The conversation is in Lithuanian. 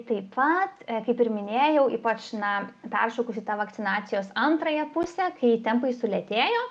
taip pat kaip ir minėjau ypač na peršokus į tą vakcinacijos antrąją pusę kai tempai sulėtėjo